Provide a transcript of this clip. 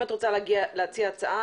אם את רוצה להציע הצעה,